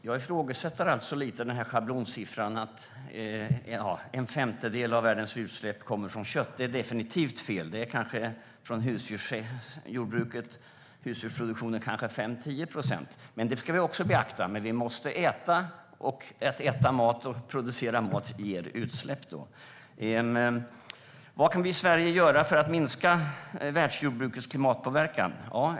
Fru talman! Jag ifrågasätter schablonsiffran att en femtedel av världens utsläpp kommer från kött. Det är definitivt fel. Från jordbruket och husdjursproduktionen är det kanske 5-10 procent. Det ska vi också beakta. Men vi måste äta, och att äta mat och producera mat ger utsläpp. Vad kan vi i Sverige göra för att minska världsjordbrukets klimatpåverkan?